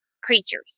creatures